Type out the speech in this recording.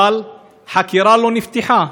אבל חקירה לא נפתחה.